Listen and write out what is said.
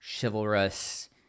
chivalrous